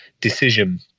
decision